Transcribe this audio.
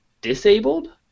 disabled